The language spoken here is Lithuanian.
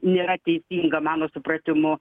nėra teisinga mano supratimu